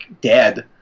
dead